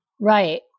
Right